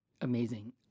amazing